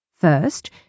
First